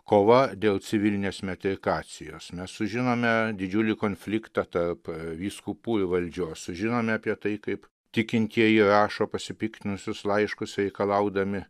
kova dėl civilinės metrikacijos mes sužinome didžiulį konfliktą tarp vyskupų ir valdžios sužinome apie tai kaip tikintieji rašo pasipiktinusius laiškus reikalaudami